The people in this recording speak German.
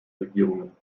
regierungen